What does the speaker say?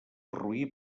roí